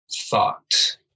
thought